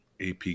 AP